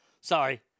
Sorry